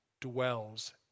dwells